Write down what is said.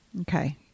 Okay